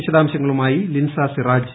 വിശദാംശങ്ങളുമായി ലിൻസ സിറാജ്